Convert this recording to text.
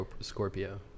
Scorpio